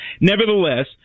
Nevertheless